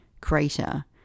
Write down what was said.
crater